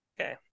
Okay